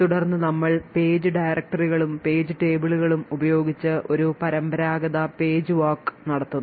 തുടർന്ന് നമ്മൾ പേജ് ഡയറക്ടറികളും പേജ് table കളും ഉപയോഗിച്ചു ഒരു പരമ്പരാഗത പേജ് walk നടത്തുന്നു